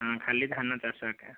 ହଁ ଖାଲି ଧାନ ଚାଷ ଏକା